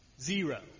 Zero